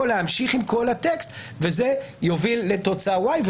להמשיך עם כל הטקסט וזה יוביל לתוצאה ואי.